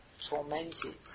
tormented